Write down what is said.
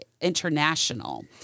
International